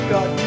God